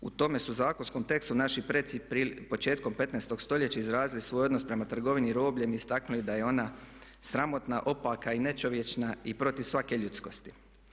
U tome su zakonskom tekstu naši predci početkom 15. stoljeća izrazili svoj odnos prema trgovini robljem i istaknuli da je ona sramotna, opaka i nečovječna i protiv svake ljudskosti.